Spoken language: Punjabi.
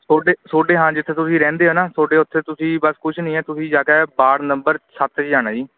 ਤੁਹਾਡੇ ਤੁਹਾਡੇ ਹਾਂ ਜਿੱਥੇ ਤੁਸੀਂ ਰਹਿੰਦੇ ਹੋ ਨਾ ਤੁਹਾਡੇ ਉੱਥੇ ਤੁਸੀਂ ਬਸ ਕੁਛ ਨਹੀਂ ਹੈ ਤੁਸੀਂ ਜਾ ਕੇ ਵਾਰਡ ਨੰਬਰ ਸੱਤ 'ਤੇ ਜਾਣਾ ਜੀ